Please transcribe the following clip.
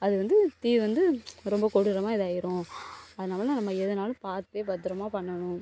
அது வந்து தீ வந்து ரொம்ப கொடூரமாக இதாயிரும் அதனால நம்ம எதனாலும் பார்த்து பத்தரமாக பண்ணணும்